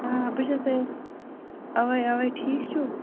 آ بہٕ چھَسَے اَوَے اَوَے ٹھیٖک چھُو